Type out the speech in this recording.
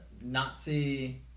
Nazi